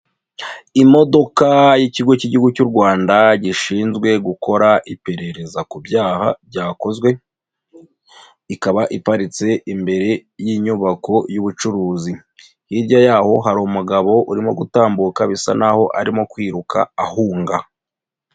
Imodoka y'ikigo cy'igihugu cy'u Rwanda gishinzwe gukora iperereza ku byaha byakozwe, ikaba iparitse imbere y'inyubako y'ubucuruzi, hirya yaho hari umugabo urimo gutambuka bisa naho arimo kwiruka ahunga.